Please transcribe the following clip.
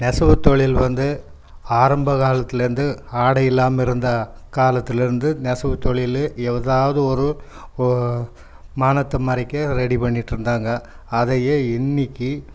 நெசவுத் தொழில் வந்து ஆரம்ப காலத்துலேருந்து ஆடை இல்லாமல் இருந்த காலத்துலேருந்து நெசவுத் தொழில் எதாவது ஒரு ஓ மானத்தை மறைக்க ரெடி பண்ணிட்டிருந்தாங்க அதையே இன்னிக்கு